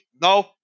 No